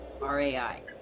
RAI